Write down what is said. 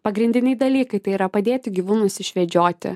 pagrindiniai dalykai tai yra padėti gyvūnus išvedžioti